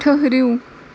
ٹھٕرِو